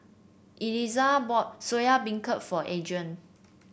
Elizah bought Soya Beancurd for Adria